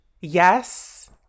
Yes